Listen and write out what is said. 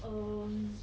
um